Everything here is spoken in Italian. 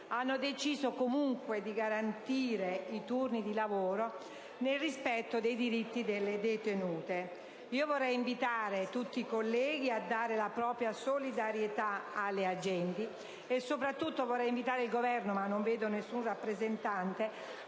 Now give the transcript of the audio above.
hanno deciso comunque di garantire i turni di lavoro, nel rispetto dei diritti delle detenute. Vorrei invitare tutti i colleghi a dare la propria solidarietà alle agenti e soprattutto invitare il Governo a recarsi in carcere